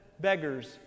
beggars